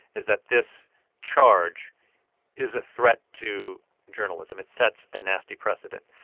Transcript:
is that this charge is a threat to journalism. it sets a nasty precedent.